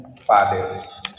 fathers